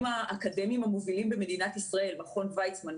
האקדמיים המובילים במדינת ישראל מכון ויצמן,